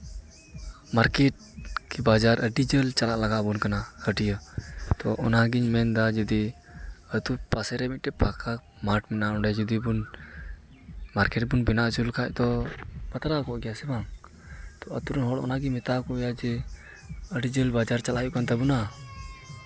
market ᱠᱤ ᱵᱟᱡᱟᱨ ᱟᱹᱰᱤ ᱡᱷᱟᱹᱞ ᱪᱟᱞᱟᱜ ᱞᱟᱜᱟᱣ ᱵᱚᱱ ᱠᱟᱱᱟ ᱦᱟᱹᱴᱭᱟᱹ ᱟᱫᱚ ᱚᱱᱟᱜᱤᱧ ᱢᱮᱱᱮᱫᱟ ᱡᱩᱫᱤ ᱟᱛᱳ ᱯᱟᱥᱮᱨᱮ ᱢᱤᱫᱴᱮᱡ ᱯᱷᱟᱠᱟ ᱢᱟᱴᱷ ᱢᱮᱱᱟᱜᱼᱟ ᱚᱸᱰᱮ ᱡᱩᱫᱤ ᱵᱚᱱ ᱢᱟᱨᱠᱮᱴ ᱵᱚᱱ ᱵᱮᱱᱟᱣ ᱦᱚᱪᱚ ᱞᱮᱠᱷᱟᱡ ᱫᱚ ᱵᱟᱛᱨᱟᱣ ᱠᱚᱜ ᱠᱮᱭᱟ ᱥᱮ ᱵᱟᱝ ᱛᱚ ᱟᱛᱳ ᱨᱮᱱ ᱦᱚᱲ ᱚᱱᱟᱜᱮ ᱢᱮᱛᱟᱣ ᱠᱚ ᱦᱩᱭᱩᱜᱼᱟ ᱡᱮ ᱟᱹᱰᱤ ᱡᱷᱟᱹᱞ ᱵᱟᱡᱟᱨ ᱪᱟᱞᱟᱜ ᱦᱩᱭᱩᱜ ᱠᱟᱱ ᱛᱟᱵᱳᱱᱟ